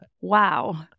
wow